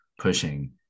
pushing